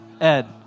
Ed